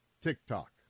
TikTok